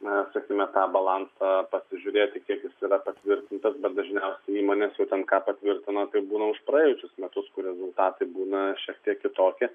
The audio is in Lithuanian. na sakykime tą balansą pasižiūrėti kiek jis yra patvirtintas bet dažniausiai įmonės jau ten ką patvirtino tai būna už praėjusius metus kur rezultatai būna šiek tiek kitokie